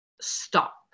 stop